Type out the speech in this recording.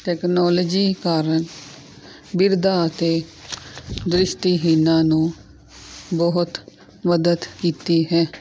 technology ਕਾਰਨ ਬਿਰਧ ਅਤੇ ਦ੍ਰਿਸ਼ਟੀਹੀਣਾਂ ਨੂੰ ਬਹੁਤ ਮਦਦ ਕੀਤੀ ਹੈ